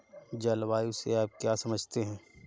जलवायु से आप क्या समझते हैं?